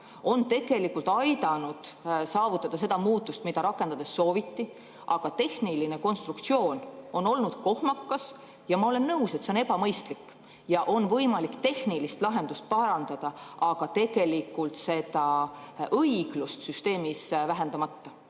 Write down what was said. on tegelikult aidanud saavutada seda muutust, mida rakendades sooviti, aga tehniline konstruktsioon on olnud kohmakas. Ma olen nõus, et see on ebamõistlik ja et on võimalik tehnilist lahendust parandada, aga [seda saab teha] tegelikult õiglust süsteemis vähendamata.